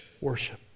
worship